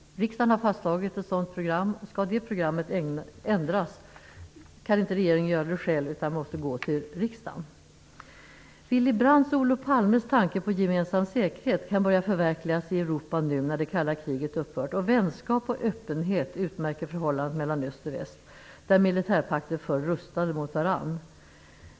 Riksdagen har fastslagit ett sådant program, och om det programmet skall ändras kan inte regeringen göra det själv utan måste gå till riksdagen. Willy Brandts och Olof Palmes tanke på gemensam säkerhet kan börja förverkligas i Europa nu när det kalla kriget upphört och vänskap och öppenhet utmärker förhållandet mellan öst och väst där militärpakter förr rustade mot varandra.